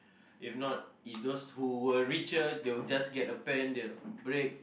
if not if those who were richer they will just get a pen they will break